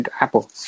Apple